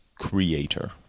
creator